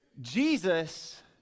Jesus